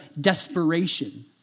desperation